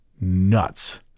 nuts